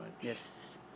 Yes